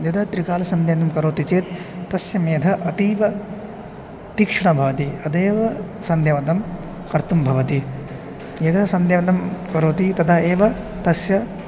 यदा त्रिकालसन्ध्यावन्दनं करोति चेत् तस्य मेधा अतीव तीक्ष्णं भवति तदेव सन्ध्यावन्दनं कर्तुं भवति यदा सन्ध्यावन्दनं करोति तदा एव तस्य